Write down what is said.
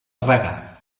regar